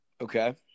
okay